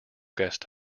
guest